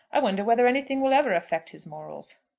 i wonder whether anything will ever affect his morals?